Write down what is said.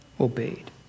obeyed